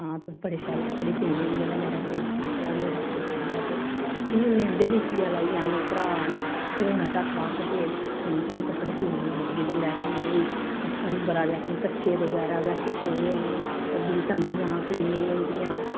हां तुस बड़े शैल कपड़े सीह्नी होनी लै मेरा सूट सीऽ जा मेरा सूट सीऽ जा ते सीऽ औनी उं'दे बी सीयै लाई औनी भ्राऽ न ओह् हूनै तक आखदे तूं कपड़े सीह्नी ऐ मड़ी ते लै सानूं बी मारज अपने कच्छे बगैरा गै सीह्ते दे होन ओह् बी तम्बियां सीह्नी उं'दियां